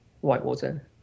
whitewater